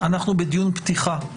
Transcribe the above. אנחנו בדיון פתיחה,